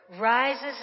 rises